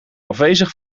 afwezig